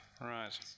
Right